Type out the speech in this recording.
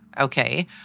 Okay